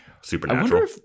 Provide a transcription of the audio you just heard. Supernatural